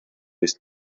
ist